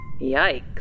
Yikes